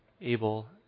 able